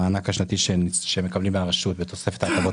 המענק השנתי שהם מקבלים מהרשות בתוספת ההטבות